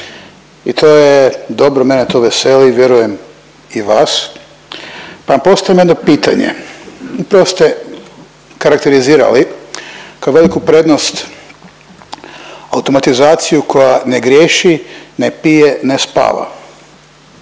I to je dobro, mene to veseli, vjerujem i vas, pa vam postavljam jedno pitanje, upravo ste karakterizirali kao veliku prednost automatizaciju koja ne griješi, ne pije, ne spava.